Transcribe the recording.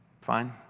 Fine